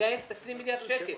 ולגייס 20 מיליארד שקל.